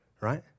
right